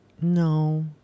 No